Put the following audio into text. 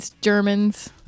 Germans